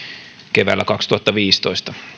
keväällä kaksituhattaviisitoista